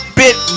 bit